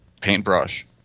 paintbrush